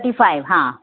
thirty five हां